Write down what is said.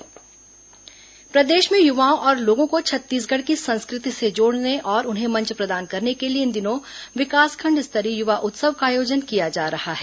युवा उत्सव प्रदेश में युवाओं और लोगों को छत्तीसगढ़ की संस्कृति से जोड़ने और उन्हें मंच प्रदान करने के लिए इन दिनों विकासखंड स्तरीय युवा उत्सव का आयोजन किया जा रहा है